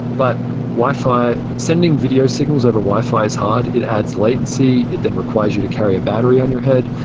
but wi-fi sending video signals over wi-fi is hard. it adds latency, it then requires you to carry a battery on your head.